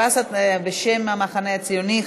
בשם המחנה הציוני,